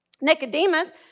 Nicodemus